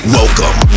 Welcome